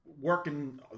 working